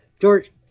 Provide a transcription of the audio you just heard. George